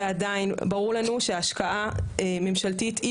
ועדיין ברור לנו שהשקעה ממשלתית היא